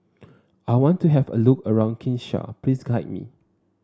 I want to have a look around Kinshasa please guide me